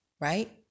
Right